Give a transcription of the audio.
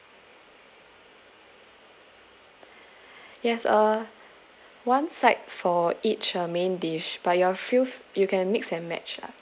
yes uh one side for each uh main dish but your fill you can mix and match lah